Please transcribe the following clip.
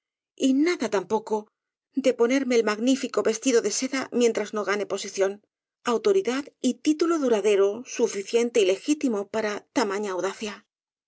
y nada tampoco de ponerme el magnífico ves tido de seda mientras no gane posición autoridad y título duradero suficiente y legítimo para tama ña audacia